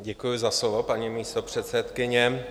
Děkuji za slovo, paní místopředsedkyně.